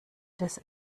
des